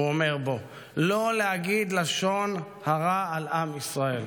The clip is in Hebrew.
הוא אומר בו, לא להגיד לשון הרע על עם ישראל.